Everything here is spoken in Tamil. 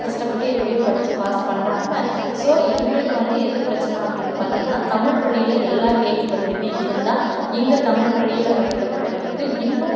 கஷ்டப்பட்டு எப்படியோ படிச்சி பாஸ் பண்ணுறாங்க ஸோ எங்களுக்கு வந்து எது பிரச்சனை அப்படின்னு பாத்தீங்கன்னா தமிழ் வழியில் எல்லா கேள்வி பதிலுமே இருந்தால் எங்கள் தமிழ் வழியில் படிக்கிற பிள்ளைங்களுக்கு இன்னும்